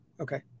okay